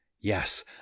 Yes